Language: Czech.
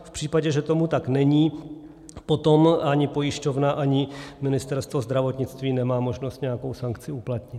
V případě, že tomu tak není, potom ani pojišťovna, ani Ministerstvo zdravotnictví nemá možnost nějakou sankci uplatnit.